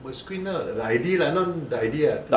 but it's screen eh the I_D ah the not I_D